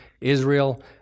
Israel